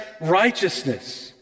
righteousness